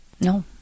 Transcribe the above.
No